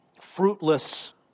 fruitless